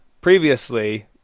previously